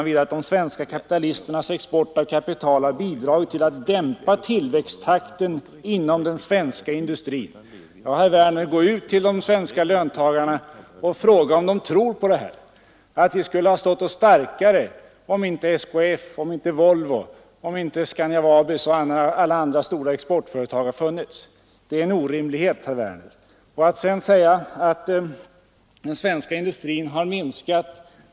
Vidare: ”De svenska kapitalisternas export av kapital har bidragit till att dämpa tillväxttakten inom den svenska industrin.” Gå ut till de svenska löntagarna, herr Werner, och fråga om de tror på att vi skulle ha stått oss bättre om inte SKF, Volvo, Scania-Vabis och alla andra stora exportföretag funnits! Det är en orimlighet, herr Werner. Sedan påpekar man att sysselsättningen inom den svenska industrin har minskat.